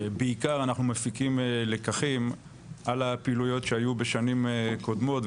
בעיקר אנחנו מפיקים לקחים על הפעילויות שהיו בשנים קודמות.